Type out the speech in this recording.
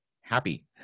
happy